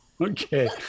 Okay